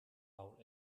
maul